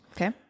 Okay